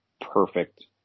perfect